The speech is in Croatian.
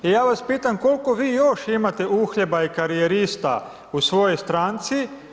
I ja vas pitam koliko vi još imate uhljeba i karijerista u svojoj stranci?